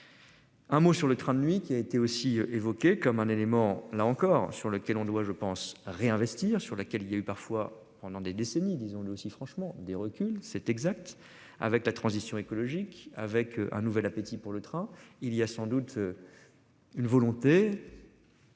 Un mot sur le train de nuit qui a été aussi évoquée comme un élément là encore sur lequel on doit je pense réinvestir sur laquelle il y a eu parfois pendant des décennies, disons-le aussi franchement des reculs c'est exact avec la transition écologique avec un nouvel appétit pour le train, il y a sans doute. Une volonté.--